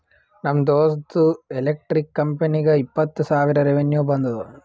ನಮ್ ದೋಸ್ತ್ದು ಎಲೆಕ್ಟ್ರಿಕ್ ಕಂಪನಿಗ ಇಪ್ಪತ್ತ್ ಸಾವಿರ ರೆವೆನ್ಯೂ ಬಂದುದ